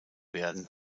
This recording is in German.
werden